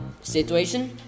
situation